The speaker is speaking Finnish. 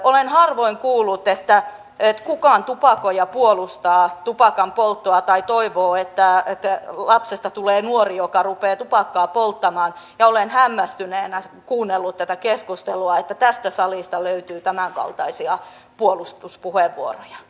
olen harvoin kuullut että kukaan tupakoija puolustaa tupakanpolttoa tai toivoo että lapsesta tulee nuori joka rupeaa tupakkaa polttamaan ja olen hämmästyneenä kuunnellut tätä keskustelua ja sitä että tästä salista löytyy tämänkaltaisia puolustuspuheenvuoroja